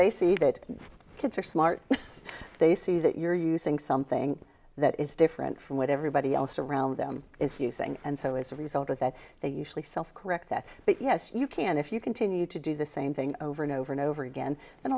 they see that kids are smart they see that you're using something that is different from what everybody else around them is using and so as a result of that they usually self correct that yes you can if you continue to do the same thing over and over and over again and